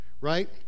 right